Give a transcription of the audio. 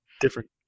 different